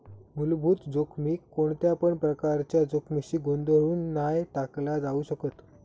मुलभूत जोखमीक कोणत्यापण प्रकारच्या जोखमीशी गोंधळुन नाय टाकला जाउ शकत